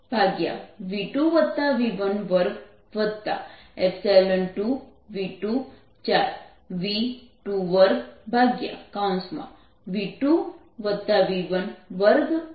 જેv11v2 v12v2v122v24v22v2v12EI2 ના બરાબર છે